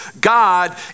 God